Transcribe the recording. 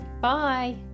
bye